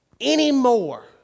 anymore